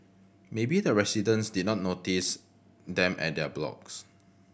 maybe the residents did not notice them at their blocks